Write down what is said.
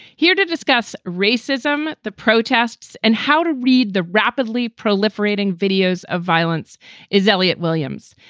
here to discuss racism, the protests and how to read the rapidly proliferating videos of violence is elliot williams.